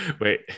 wait